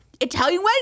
Italian